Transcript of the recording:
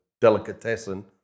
delicatessen